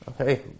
Okay